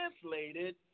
translated